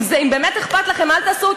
אם באמת אכפת לכם, אל תעשו עוד